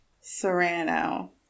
Serrano